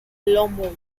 lomo